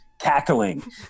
cackling